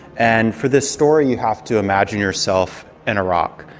and for this story you have to imagine yourself in iraq.